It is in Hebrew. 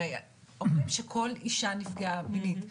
אומרים שכל אישה נפגעה מינית,